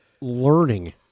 learning